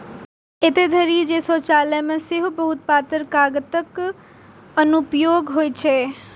एतय धरि जे शौचालय मे सेहो बहुत पातर कागतक अनुप्रयोग होइ छै